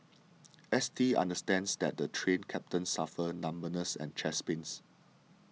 S T understands that the Train Captain suffered numbness and chest pains